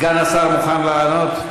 סגן השר מוכן לענות?